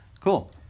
cool